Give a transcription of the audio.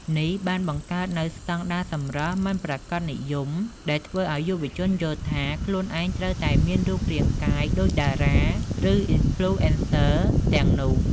នេះបានបង្កើតនូវ ស្តង់ដារសម្រស់មិនប្រាកដនិយម ដែលធ្វើឲ្យយុវជនយល់ថា ខ្លួនឯងត្រូវតែមានរូបរាងដូចតារា ឬ អុីនផ្លូអេនសឺ ទាំងនោះ។